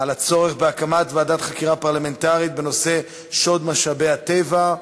הצורך בהקמת ועדת חקירה פרלמנטרית בנושא שוד משאבי הטבע.